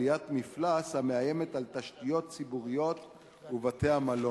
עליית מפלס המאיימת על תשתיות ציבוריות ובתי-המלון.